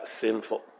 sinful